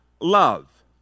love